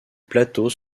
plateau